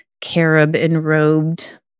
carob-enrobed